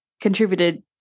contributed